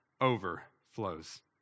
overflows